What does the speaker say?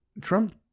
Trump